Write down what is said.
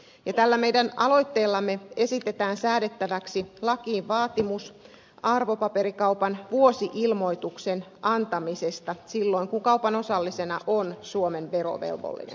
tällä meidän aloitteellamme esitetään säädettäväksi lakiin vaatimus arvopaperikaupan vuosi ilmoituksen antamisesta silloin kun kaupan osallisena on suomen verovelvollinen